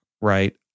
right